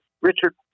Richard